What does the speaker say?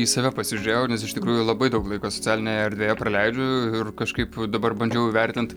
į save pasižiūrėjau nes iš tikrųjų labai daug laiko socialinėj erdvėje praleidžiu ir kažkaip dabar bandžiau įvertint